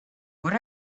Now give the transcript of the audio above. what